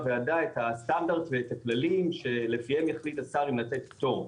הוועדה את הסטנדרט ואת הכללים שלפיהם יחליט השר אם לתת פטור.